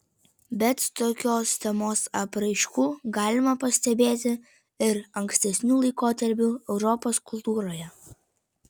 bet tokios temos apraiškų galima pastebėti ir ankstesnių laikotarpių europos kultūroje